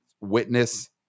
witness